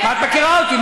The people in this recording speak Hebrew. את מכירה אותי.